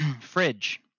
Fridge